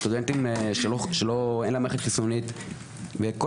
סטודנטים שאין להם מערכת חיסונית וכל